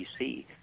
PC